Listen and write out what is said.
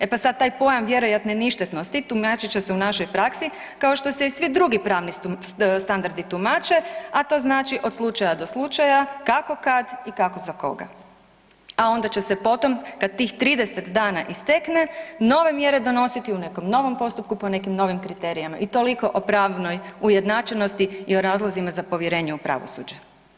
E pa sad taj pojam „vjerojatne ništetnosti“ tumačit će se u našoj praksi kao što se i svi drugi pravni standardi tumače, a to znači od slučaja do slučaja, kako kad, i kako za koga a onda će se potom kad tih 30 dana istekne, nove mjere donositi u nekom novom postupku po nekim novim kriterijima i toliko o pravnoj ujednačenosti i razlozima za povjerenje u pravosuđe.